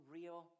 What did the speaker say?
real